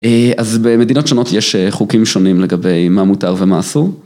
אז במדינות שונות יש חוקים שונים לגבי מה מותר ומה אסור.